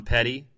Petty